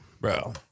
Bro